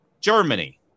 Germany